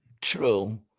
True